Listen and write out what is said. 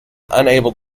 unable